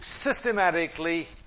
systematically